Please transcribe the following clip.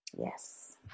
Yes